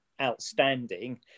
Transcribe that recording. outstanding